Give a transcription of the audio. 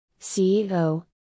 CEO